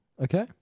Okay